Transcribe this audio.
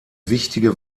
wichtige